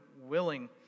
willing